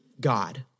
God